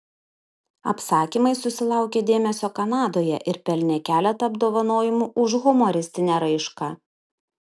apsakymai susilaukė dėmesio kanadoje ir pelnė keletą apdovanojimų už humoristinę raišką